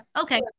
Okay